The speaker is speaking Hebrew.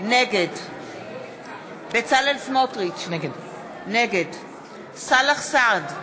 נגד בצלאל סמוטריץ, נגד סאלח סעד,